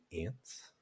ants